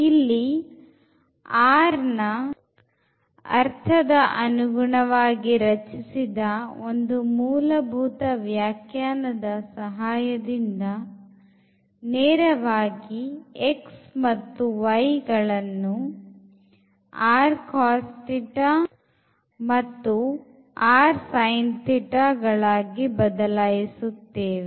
ಇಲ್ಲಿ r ನ ಅರ್ಥದ ಅನುಗುಣವಾಗಿ ರಚಿಸಿದ ಒಂದು ಮೂಲಭೂತ ವ್ಯಾಖ್ಯಾನದ ಸಹಾಯದಿಂದ ನೇರವಾಗಿ x ಮತ್ತು y ಗಳನ್ನು ಮತ್ತು ಗಳಾಗಿ ಬದಲಾಯಿಸುತ್ತೇವೆ